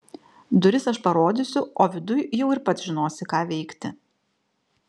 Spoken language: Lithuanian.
duris aš parodysiu o viduj jau ir pats žinosi ką veikti